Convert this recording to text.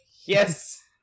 Yes